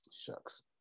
shucks